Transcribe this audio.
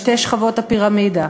בין שתי שכבות הפירמידה.